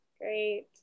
Great